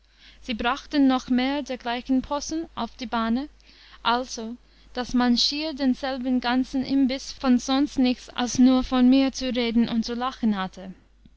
sie brachten noch mehr dergleichen possen auf die bahne also daß man schier denselben ganzen imbiß von sonst nichts als nur von mir zu reden und zu lachen hatte